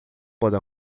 pôde